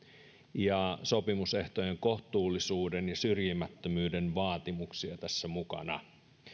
ja tässä on sopimusehtojen kohtuullisuuden ja syrjimättömyyden vaatimuksia mukana